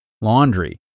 laundry